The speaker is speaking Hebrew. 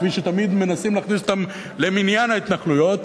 כפי שתמיד מנסים להכניס אותן למניין ההתנחלויות,